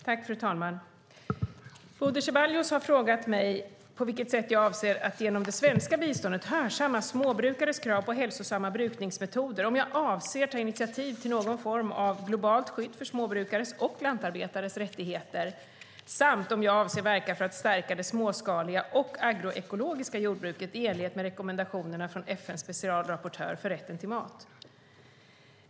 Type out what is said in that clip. Fru talman! Bodil Ceballos har frågat mig på vilket sätt jag avser att genom det svenska biståndet hörsamma småbrukares krav på hälsosamma brukningsmetoder, om jag avser att ta initiativ till någon form av globalt skydd för småbrukares och lantarbetares rättigheter samt om jag avser att verka för att stärka det småskaliga och agroekologiska jordbruket i enlighet med rekommendationerna från FN:s specialrapportör för rätten till mat.